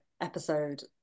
episode